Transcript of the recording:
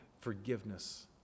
forgiveness